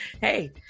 hey